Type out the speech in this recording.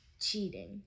cheating